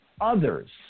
others